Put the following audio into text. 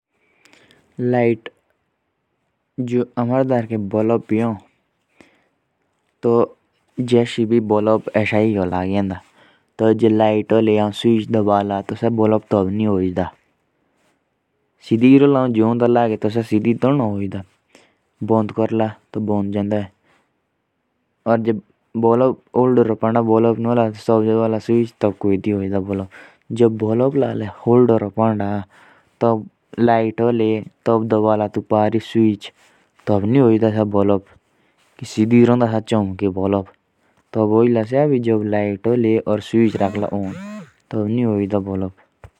जैसे अभी एक बल्ब है। तो वो तभी जलेगा जब लाईट होगी वरना वो नहीं जलेगा।